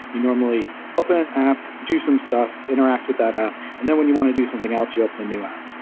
you normally open an app, do some stuff, interact with that app and then when you want to do something else, you open a new app.